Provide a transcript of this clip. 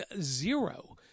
Zero